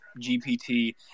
gpt